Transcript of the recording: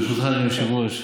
ברשותך היושב-ראש: